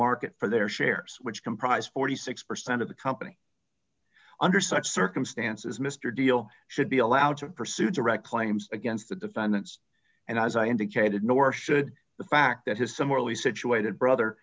market for their shares which comprise forty six percent of the company under such circumstances mr deal should be allowed to pursue direct claims against the defendants and as i indicated nor should the fact that his some morally situated brother